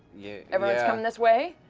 yeah everyone's coming this way?